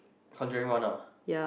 conjuring one ah